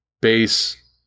base